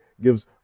gives